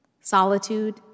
Solitude